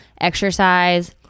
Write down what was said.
exercise